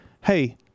hey